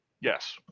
Yes